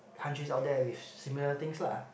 countries out there with similar things lah